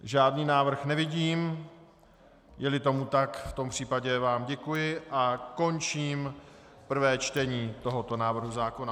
Žádný návrh nevidím, jeli tomu tak, v tom případě vám děkuji a končím prvé čtení tohoto návrhu zákona.